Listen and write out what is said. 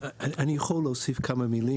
לפי התקנות